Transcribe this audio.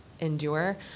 endure